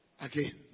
again